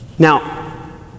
Now